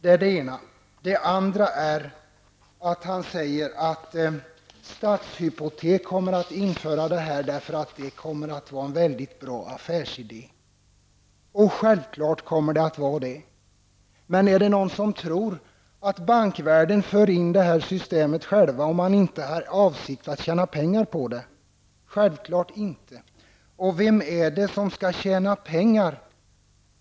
Vidare säger Jan Strömdahl att Stadshypotek kommer att införa detta system för att det kommer att vara en bra affärsidé. Självfallet kommer det att vara så. Men är det någon som tror att bankvärlden inför systemet, om man inte har för avsikt att tjäna pengar på det? Självfallet inte. Vem är det som skall tjäna pengar?